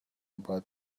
about